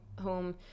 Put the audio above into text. home